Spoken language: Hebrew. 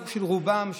של הרוב של רובם,